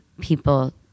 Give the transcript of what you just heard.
people